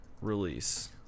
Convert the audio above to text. release